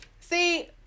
see